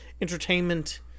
Entertainment